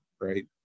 right